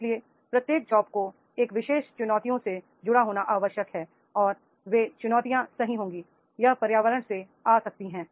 इसलिए प्रत्येक जॉब को एक विशेष चुनौतियों से जुड़ा होना आवश्यक है और ये चुनौतियाँ सही होंगी यह पर्यावरण से आ सकती हैं